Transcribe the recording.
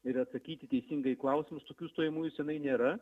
ir atsakyti teisingai į klausimus tokių stojamųjų seniai nėra